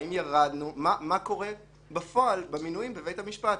מה קורה בפועל במינויים בבית המשפט.